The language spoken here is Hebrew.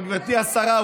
אבל גברתי השרה,